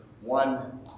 one